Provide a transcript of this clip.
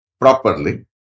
properly